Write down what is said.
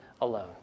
alone